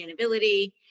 sustainability